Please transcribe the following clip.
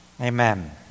Amen